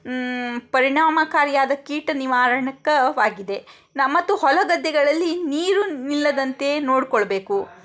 ಪರಿಣಾಮಕಾರಿಯಾದ ಕೀಟ ನಿವಾರಣಕವಾಗಿದೆ ನ ಮತ್ತು ಹೊಲ ಗದ್ದೆಗಳಲ್ಲಿ ನೀರು ನಿಲ್ಲದಂತೆ ನೋಡಿಕೊಳ್ಬೇಕು